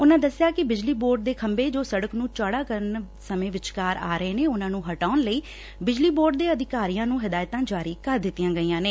ਉਨਾਂ ਦਸਿਆ ਕਿ ਬਿਜਲੀ ਬੋਰਡ ਦੇ ਖੰਭੇ ਜੋ ਸੜਕ ਨੂੰ ਚੌੜਾ ਕਰਨ ਸਮੇਂ ਵਿਚਕਾਰ ਆ ਰਹੇ ਨੇ ਉਨਾਂ ਨੂੰ ਹਟਾਉਣ ਲਈ ਬਿਜਲੀ ਬੇਰਡ ਦੇ ਅਧਿਕਾਰੀਆਂ ਨੂੰ ਹਦਾਇਤਾਂ ਜਾਰੀ ਕਰ ਦਿੱਤੀਆਂ ਗਈਆਂ ਨੇ